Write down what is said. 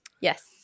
Yes